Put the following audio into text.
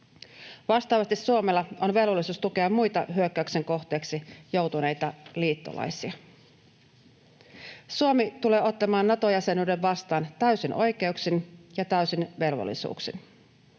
Vastaavasti Suomella on velvollisuus tukea muita hyökkäyksen kohteeksi joutuneita liittolaisia. Suomi tulee ottamaan Nato-jäsenyyden vastaan täysin oikeuksin ja täysin velvollisuuksin.